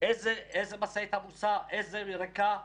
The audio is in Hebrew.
איזה משאית עמוסה, איזה ריקה.